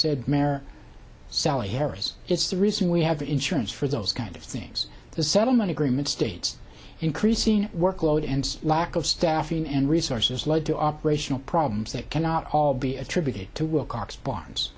said mer sally harris it's the reason we have insurance for those kind of things the settlement agreement states increasing workload and lack of staffing and resources led to operational problems that cannot all be attributed to wilcox b